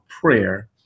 prayer